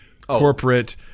corporate